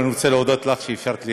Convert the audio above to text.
אני רוצה להודות לך על שאפשרת לי